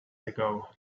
ago